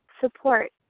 support